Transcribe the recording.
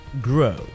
grow